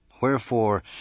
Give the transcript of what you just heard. Wherefore